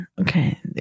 Okay